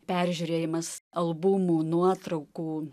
peržiūrėjimas albumų nuotraukų